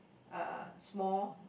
uh small